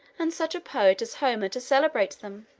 and such a poet as homer to celebrate them.